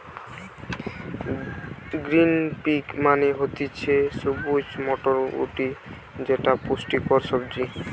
green pea মানে হতিছে সবুজ মটরশুটি যেটা পুষ্টিকর সবজি